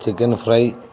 chicken fry